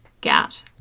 gout